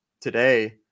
today